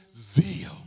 zeal